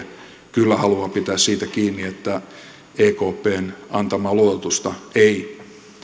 kyllä haluaa pitää siitä kiinni että ekpn antamaa luototusta ei